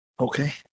okay